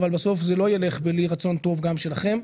אבל בסוף זה לא יילך בלי רצון טוב גם שלכם,